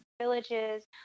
villages